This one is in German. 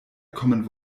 common